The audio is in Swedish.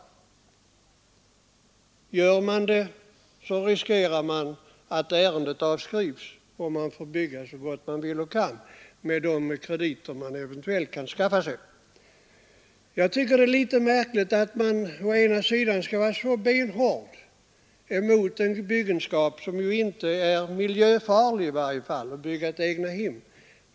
Sätter man i gång ändå riskerar man att låneärendet avskrivs, och man får bygga så gott man kan med de krediter man eventuellt kan skaffa sig. Det är märkligt att bestämmelserna skall vara så benhårda när det gäller en byggenskap som i varje fall inte är miljöfarlig — dvs. att bygga ett egethem.